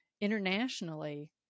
internationally